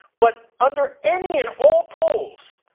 but under any and all polls,